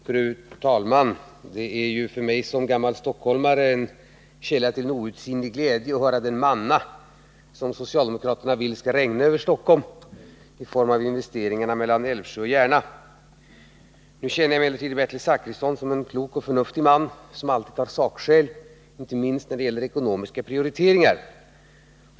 Fru talman! Det är för mig som gammal stockholmare en källa till outsinlig glädje att höra om den manna socialdemokraterna vill skall regna över Stockholm i form av investeringarna på bandelen Älvsjö-Järna. Nu känner jag emellertid Bertil Zachrisson som en klok och förnuftig man som alltid är beredd att godta sakskäl, inte minst när det gäller ekonomiska prioriteringar.